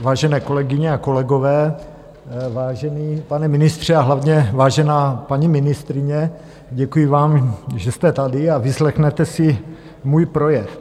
Vážené kolegyně a kolegové, vážený pane ministře a hlavně vážená paní ministryně, děkuji vám, že jste tady a vyslechnete si můj projev.